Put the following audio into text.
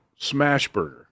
Smashburger